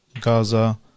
Gaza